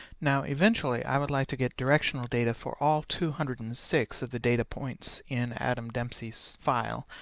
now, eventually, i would like to get directional data for all two hundred and six of the data points in adam dempsey's file,